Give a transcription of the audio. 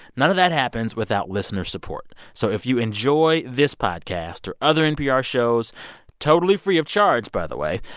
none of that happens without listener support so if you enjoy this podcast or other npr shows totally free of charge, by the way,